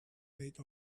made